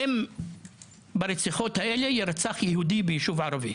אם באחד ממקרי הרצח האלה יירצח יהודי בישוב ערבי.